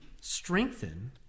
strengthen